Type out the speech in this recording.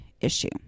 issue